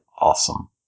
Awesome